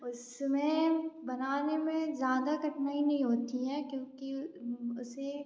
उसमें बनाने में ज़्यादा कठिनाई नहीं होती है क्योंकि उसे